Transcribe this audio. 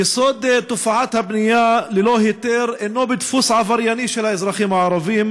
יסוד תופעת הבנייה ללא היתר אינו בדפוס עברייני של האזרחים הערבים,